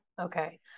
okay